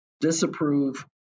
disapprove